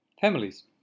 families